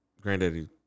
Granddaddy